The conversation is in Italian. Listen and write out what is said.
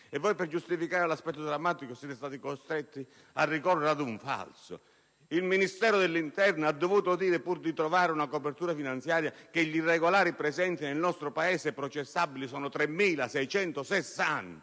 Per giustificare l'aspetto drammatico siete stati costretti a ricorrere ad un falso! Il Ministero dell'interno ha dovuto dire, pur di trovare una copertura finanziaria, che gli irregolari presenti nel nostro Paese processabili sono 3.660!